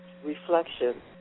Reflection